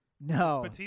No